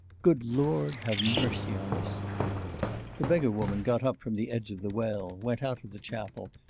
good lord, have mercy on us the beggar-woman got up from the edge of the well, went out of the chapel,